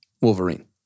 Wolverine